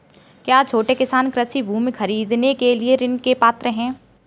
क्या छोटे किसान कृषि भूमि खरीदने के लिए ऋण के पात्र हैं?